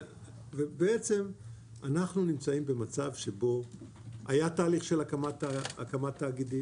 אנחנו נמצאים במצב שבו היה תהליך של הקמת תאגידים,